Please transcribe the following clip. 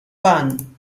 bun